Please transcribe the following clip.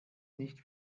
nicht